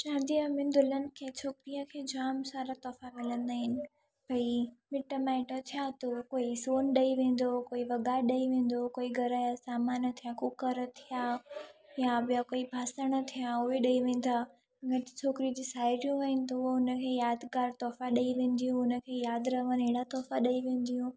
शादीअ में दुल्हन खे छोकिरीअ खे जामु सारा तोहफ़ा मिलंदा आहिनि भाई मिट माइट छा तो कोई सोन ॾेई वेंदो कोई वॻा ॾेई वेंदो कोई घर जा सामान थिया कुकर थिया या ॿिया कोई बासण थिया उहे ॾेई वेंदा घटि छोकिरी जी साहेड़ियूं आहिनि त उहे उन खे यादिगार तोहफ़ा ॾेई वेंदियूं उन खे यादि रहनि अहिड़ा तोहफ़ा ॾेई वेंदियूं